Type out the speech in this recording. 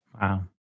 Wow